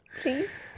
please